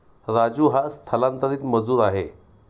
राजू हा स्थलांतरित मजूर आहे